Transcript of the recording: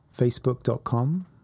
facebook.com